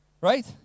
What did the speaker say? Right